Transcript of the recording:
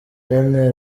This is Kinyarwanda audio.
daniel